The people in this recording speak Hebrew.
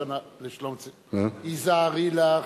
לשלומציון, היזהרי לך.